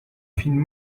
fine